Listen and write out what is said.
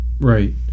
Right